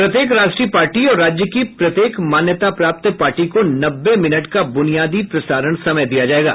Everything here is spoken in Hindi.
प्रत्येक राष्ट्रीय पार्टी और राज्य की प्रत्येक मान्यता प्राप्त पार्टी को नब्बे मिनट का बुनियादी प्रसारण समय दिया जायेगा